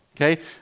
okay